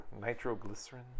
nitroglycerin